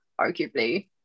arguably